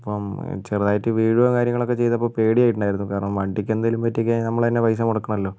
അപ്പം ചെറുതായിട്ട് വീഴോം കാര്യങ്ങളൊക്കെ ചെയ്തപ്പോൾ പേടിയായിട്ട് ഉണ്ടായിരുന്നു കാരണം വണ്ടിക്ക് എന്തെങ്കിലും പറ്റിക്കഴിഞ്ഞാൽ നമ്മൾ തന്നെ പൈസ മുടക്കണോല്ലോ